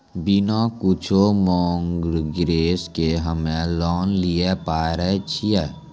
बिना कुछो मॉर्गेज के हम्मय लोन लिये पारे छियै?